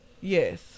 Yes